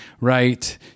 right